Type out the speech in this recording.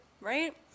Right